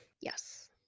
yes